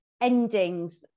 endings